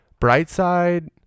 Brightside